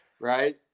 right